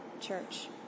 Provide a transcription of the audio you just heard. church